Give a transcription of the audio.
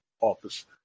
Office